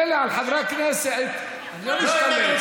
מירב, מילא על חברי הכנסת לא נשתלט.